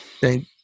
Thank